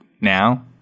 now